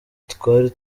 twari